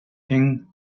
thing